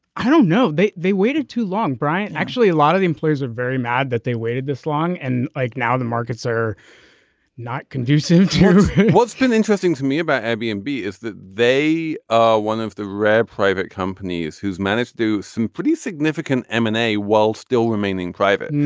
i don't know they they waited too long bryan. actually a lot of the employees are very mad that they waited this long and like now the markets are not conducive to what's been interesting to me about ibm b is that they are one of the rare private companies who's managed do some pretty significant mbna while still remaining private.